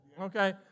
okay